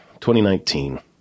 2019